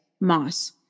Moss